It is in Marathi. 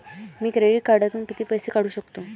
मी क्रेडिट कार्डातून किती पैसे काढू शकतो?